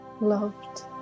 loved